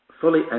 fully